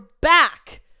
back